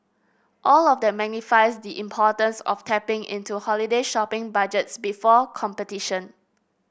all of that magnifies the importance of tapping into holiday shopping budgets before competition